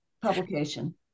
publication